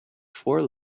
four